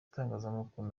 itangazamakuru